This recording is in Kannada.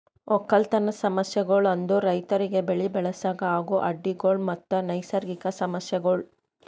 ಒಕ್ಕಲತನದ್ ಸಮಸ್ಯಗೊಳ್ ಅಂದುರ್ ರೈತುರಿಗ್ ಬೆಳಿ ಬೆಳಸಾಗ್ ಆಗೋ ಅಡ್ಡಿ ಗೊಳ್ ಮತ್ತ ನೈಸರ್ಗಿಕ ಸಮಸ್ಯಗೊಳ್